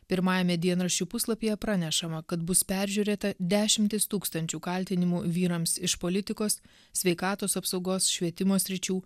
pirmajame dienraščių puslapyje pranešama kad bus peržiūrėta dešimtys tūkstančių kaltinimų vyrams iš politikos sveikatos apsaugos švietimo sričių